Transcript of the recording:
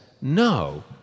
no